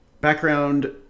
Background